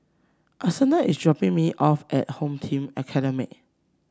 Antonette is dropping me off at Home Team Academy